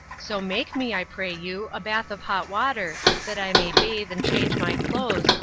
so make me, i pray you, a bath of hot water, that i may bathe, and change my clothes,